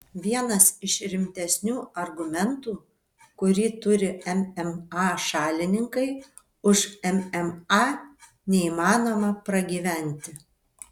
vienas iš rimtesnių argumentų kurį turi mma šalininkai už mma neįmanoma pragyventi